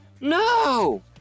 No